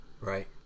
Right